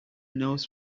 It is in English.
knows